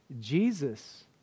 Jesus